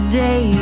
day